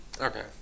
Okay